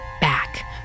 back